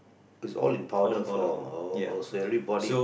it's all in powder form oh so you already bought it